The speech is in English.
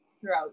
throughout